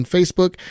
Facebook